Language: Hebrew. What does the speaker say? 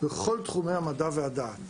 בכל תחומי המדע והדעת.